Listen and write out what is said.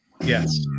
Yes